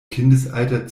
kindesalter